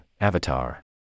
Avatar